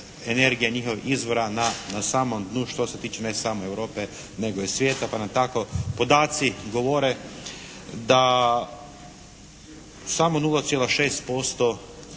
energije njihovih izvora na samom dnu što se tiče ne samo Europe, nego i svijeta pa nam tako podaci govore da samo 0,6%